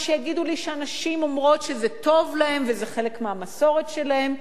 ושיגידו לי שהנשים אומרות שזה טוב להן וזה חלק מהמסורת שלהן.